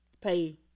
pay